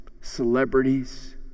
celebrities